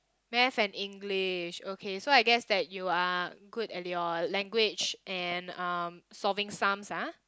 math and English okay so I guess that you are good at your language and um solving sums ah